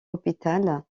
hôpital